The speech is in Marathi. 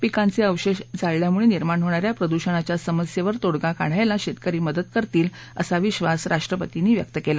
पिकांचे अवशेष जाळल्यामुळे निर्माण होणा या प्रदूषणाच्या समस्येवर तोडगा काढायला शेतकरी मदत करतील असा विश्वास राष्ट्रपतींनी व्यक्त केला